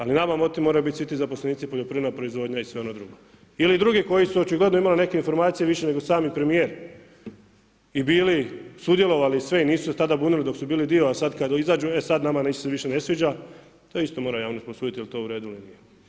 Ali nama motiv moraju biti svi ti zaposlenici, poljoprivredna proizvodnja i sve ono drugo. ili dugi koji su očigledno imali neke informacije više nego sami premijer i bili sudjelovali i sve i nisu se tada bunili dok su bili dio a sada kada izađu, e sad se nama više ne sviđa, to isto javnost prosuditi jel' to u redu ili nije.